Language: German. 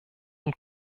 und